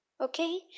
okay